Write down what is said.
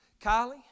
Kylie